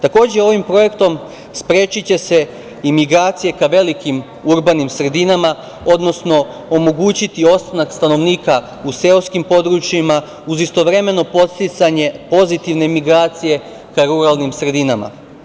Takođe, ovim projektom sprečiće se i migracije ka velikim urbanim sredinama, odnosno omogućiti ostanak stanovnika u seoskim područjima, uz istovremeno podsticanje pozitivne migracije ka ruralnim sredinama.